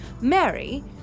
Mary